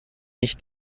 nicht